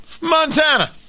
Montana